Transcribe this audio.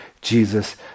Jesus